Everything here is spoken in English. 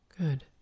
Good